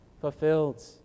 fulfilled